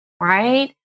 right